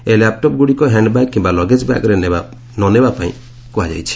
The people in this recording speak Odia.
ଏହି ଲ୍ୟାପ୍ଟପଗୁଡ଼ିକ ହ୍ୟାଣ୍ଡବ୍ୟାଗ୍ କିୟା ଲଗେଜ୍ ବ୍ୟାଗ୍ରେ ନନେବା ପାଇଁ କୁହାଯାଇଛି